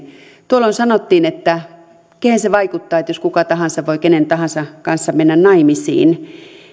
tuolloin sanottiin että kehen se vaikuttaa jos kuka tahansa voi kenen tahansa kanssa mennä naimisiin